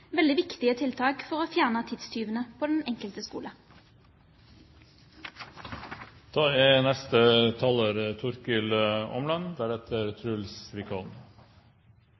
veldig viktige tiltak for å fjerne tidstyvene på den enkelte skole. Jeg synes det er